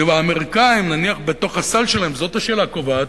כי האמריקנים, בתוך הסל שלהם, זאת השאלה הקובעת,